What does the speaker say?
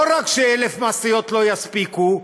לא רק ש-1,000 משאיות לא יספיקו,